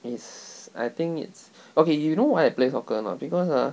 it's I think it's okay you know why I play soccer or not because ah